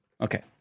Okay